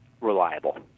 reliable